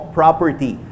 property